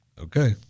okay